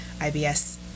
IBS